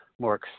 more